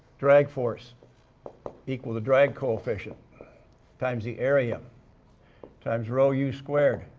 drag force equal to drag coefficient times the area times row u squared